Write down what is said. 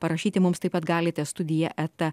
parašyti mums taip pat galite studija eta